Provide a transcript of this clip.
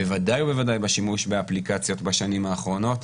בוודאי ובוודאי בשימוש באפליקציות בשנים האחרונות.